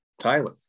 tyler